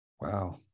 Wow